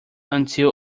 until